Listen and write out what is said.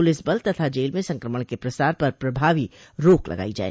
police बल तथा jail में संक्रमण के प्रसार पर प्रभावी रोक लागायी जाए